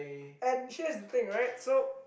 and here's the thing right so